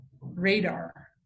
radar